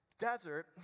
Desert